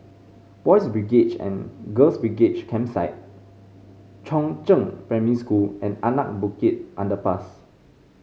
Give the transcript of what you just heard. Boys' and Girls' B Campsite Chongzheng Primary School and Anak Bukit Underpass